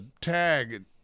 tag